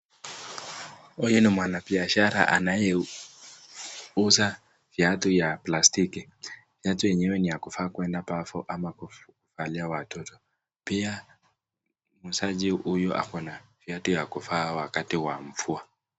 Huyu ni mwanabiashara anayeuza viatu vya plastiki. Viatu yenyewe ni ya kuvaa kuenda bafu ama huvalia watoto. Pia, muusaji huyu ako na viatu ya kuvaa wakati wa mvua.